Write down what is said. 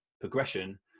progression